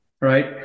right